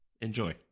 Enjoy